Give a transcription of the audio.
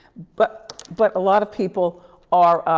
but but a lot of people are